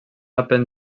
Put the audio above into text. aprèn